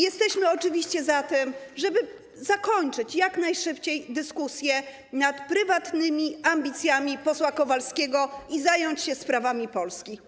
Jesteśmy oczywiście za tym, żeby zakończyć jak najszybciej dyskusję nad prywatnymi ambicjami posła Kowalskiego i zająć się sprawami Polski.